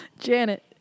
janet